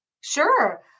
Sure